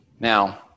Now